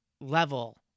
level